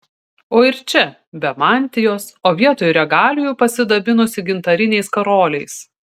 o ir čia be mantijos o vietoj regalijų pasidabinusi gintariniais karoliais